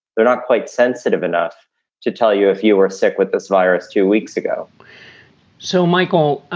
they're not quite sensitive enough to tell you if you are sick with this virus. two weeks ago so, michael,